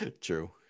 True